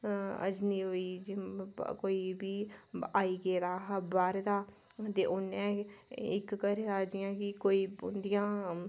अजनी होई कोई बी आई गेदा हा बाह्रै दा ते उ'न्नै इक्क घरै दा जि'यां कि कोई उं'दियां